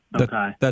Okay